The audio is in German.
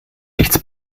nichts